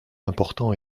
important